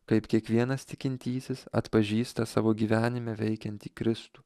kaip kiekvienas tikintysis atpažįsta savo gyvenime veikiantį kristų